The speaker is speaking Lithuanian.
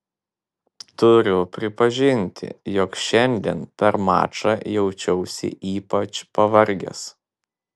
turiu pripažinti jog šiandien per mačą jaučiausi ypač pavargęs